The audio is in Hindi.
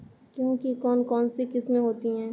गेहूँ की कौन कौनसी किस्में होती है?